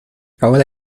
ahora